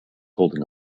holding